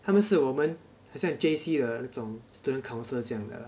他们是我们好像 J_C 的那种 student council 这样的